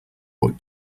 what